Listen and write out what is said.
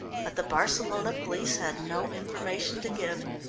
but the barcelona police had no information to give.